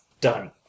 Done